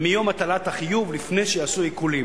מיום הטלת החיוב לפני שיעשו עיקולים,